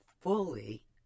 fully